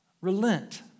Relent